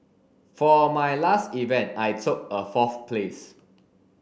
for my last event I took a fourth place